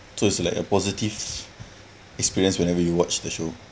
so is like a positive experience whenever you watch the show